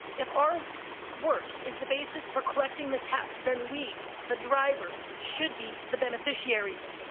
if our work is the basis for collecting the tax then we, the drivers should be the beneficiaries.